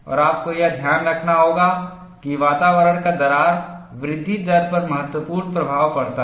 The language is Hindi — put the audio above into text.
और आपको यह ध्यान रखना होगा कि वातावरण का दरार वृद्धि दर पर महत्वपूर्ण प्रभाव पड़ता है